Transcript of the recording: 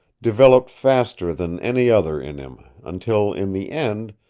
developed faster than any other in him, until in the end,